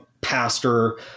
pastor